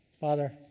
Father